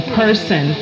person